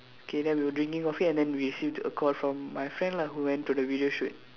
K then we were drinking coffee and then we received a call from my friend lah who went to the video shoot